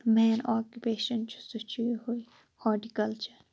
main occupation چھُ سُہ چھُ یِہَے ہارٹی کَلچَر